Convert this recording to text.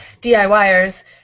DIYers